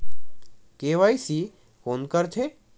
KYC कोन करथे?